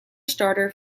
starter